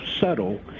subtle